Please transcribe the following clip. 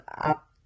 up